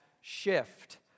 shift